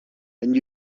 and